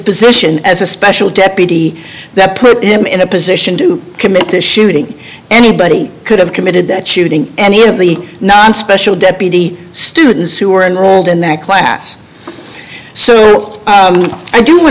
position as a special deputy that put him in a position to commit to shooting anybody could have committed that shooting any of the non special deputy students who are enrolled in that class so i do want